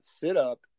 sit-up